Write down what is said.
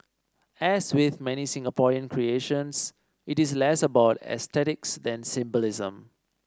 as with many Singaporean creations it is less about aesthetics than symbolism